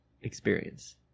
experience